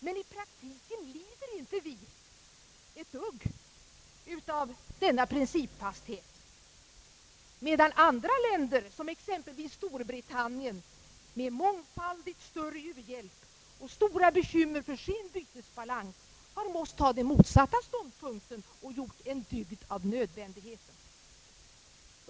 Men i praktiken lider vi inte alls av denna principfasthet, medan andra länder, exempelvis Storbritannien, med mångfaldigt större u-hjälp och med stora bekymmer för sin bytesbalans har måst inta den motsatta ståndpunkten och gjort en dygd av nödvändigheten.